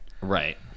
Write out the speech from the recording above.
right